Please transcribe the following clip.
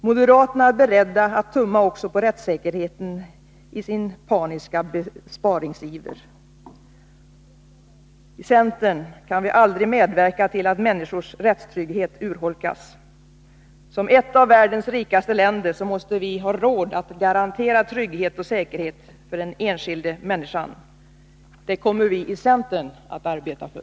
Moderaterna är beredda att tumma också på rättssäkerheten i sin paniska besparingsiver. I centern kan vi aldrig medverka till att människors rättstrygghet urholkas. Som ett av världens rikaste länder måste Sverige ha råd att garantera trygghet och säkerhet för den enskilda människan. Det kommer vi i centern att arbeta för.